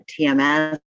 TMS